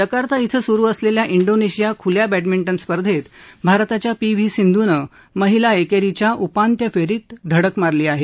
Jakarta इथं सुरू असलेल्या इंडोनेशिया खुल्या बॅडमिंटन स्पर्धेत भारताच्या पी व्ही सिंधूनं महिला एकेरीच्या उपात्य फेरीत धडक मारली आहे